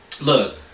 look